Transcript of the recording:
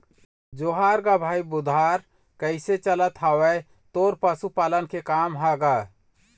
जोहार गा भाई बुधार कइसे चलत हवय तोर पशुपालन के काम ह गा?